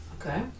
Okay